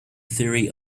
theory